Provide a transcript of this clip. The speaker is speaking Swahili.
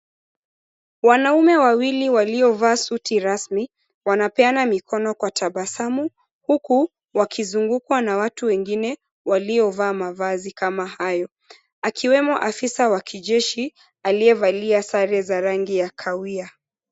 Wanaume wawili waliovaa suti rasmi, wanapeana mkono kwa tabasamu huku wakizungukwa na watu wengine waliovaa mavazi kama hayo, akiwemo afisa wa kijeshi aliyevalia sare za rangi ya kahawia.